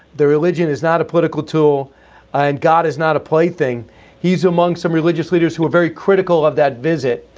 the religion is not a political tool and god is not a plaything. he's among some religious leaders who are very critical of that visit.